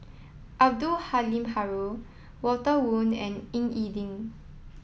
Abdul Halim Haron Walter Woon and Ying E Ding